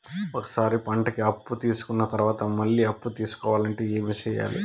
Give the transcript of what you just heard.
ఒక సారి పంటకి అప్పు తీసుకున్న తర్వాత మళ్ళీ అప్పు తీసుకోవాలంటే ఏమి చేయాలి?